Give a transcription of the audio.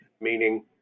Meaning